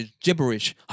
gibberish